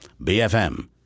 BFM